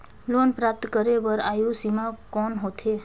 Loan प्राप्त करे बर आयु सीमा कौन होथे?